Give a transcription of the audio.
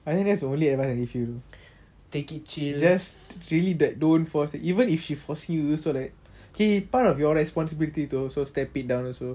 I think that's the only advice I give you just really that don't force it even if she forcing you also right it is also part of your responsibility to also step it down also